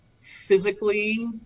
physically